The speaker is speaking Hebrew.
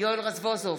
יואל רזבוזוב,